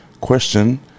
question